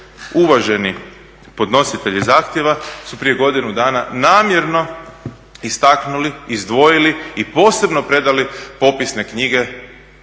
Uvaženi podnositelji zahtjeva su prije godinu dana namjerno istaknuli, izdvojili i posebno predali popisne knjige